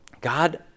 God